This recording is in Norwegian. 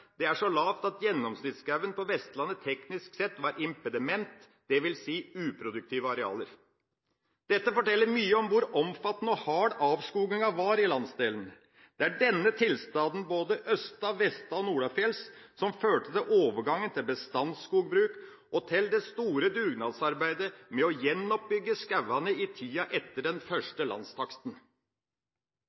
Det er så lavt at «gjennomsnittskogen» på Vestlandet teknisk sett var impediment, dvs. uproduktive arealer. Dette forteller mye om hvor omfattende og hard avskoginga var i landsdelen. Det er denne tilstanden, både østa-, vesta- og nordafjells, som førte til overgangen til bestandsskogbruk og det store dugnadsarbeidet med å gjenoppbygge skogene i tida etter den første landstaksten.